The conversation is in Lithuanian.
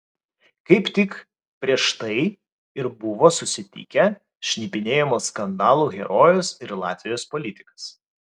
kaip tik prieš tai ir buvo susitikę šnipinėjimo skandalų herojus ir latvijos politikas